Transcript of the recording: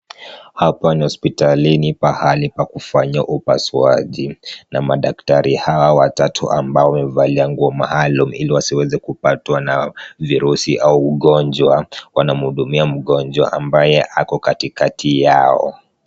Hapa ni hospitalini, pahali pa kufanyia upasuaji, na madaktari hawa watatu ambao wamevalia nguo maalum ili wasiweze kupatwa na virusi au ugonjwa, wanamhudumia mgonjwa ambaye ako katikati yao.